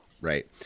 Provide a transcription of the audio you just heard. right